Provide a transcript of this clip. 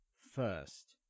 first